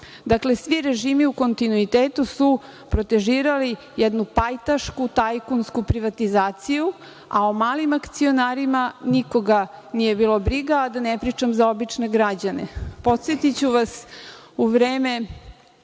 Dakle, svi režimi u kontinuitetu su protežirali jednu pajtašku tajkunsku privatizaciju, a o malim akcionarima nikoga nije bilo briga, a da ne pričam za obične građane. Podsetiću vas, u vreme